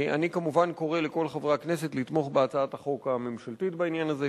ואני כמובן קורא לכל חברי הכנסת לתמוך בהצעת החוק הממשלתית בעניין הזה,